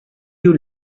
you